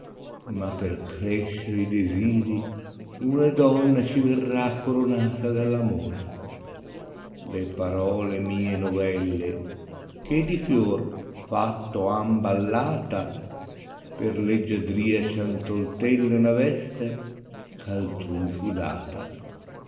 ma per crescere i desirì una donna ci verrà coronata dalf amore le parole mie novelle che di fior fatto han ballata per leggiadria ci han tolt elle una veste ch altrni fu data